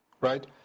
right